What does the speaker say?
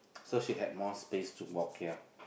so she had more space to walk here